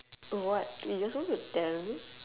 what you are suppose to tell me